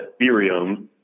Ethereum